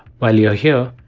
while you are here,